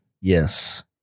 yes